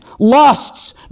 lusts